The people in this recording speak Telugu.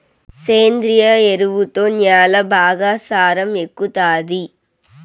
సేంద్రియ ఎరువుతో న్యాల బాగా సారం ఎక్కుతాది